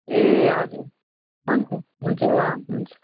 ए हजुर हुन्छ हुन्छ हुन्छ